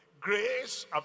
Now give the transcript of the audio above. Grace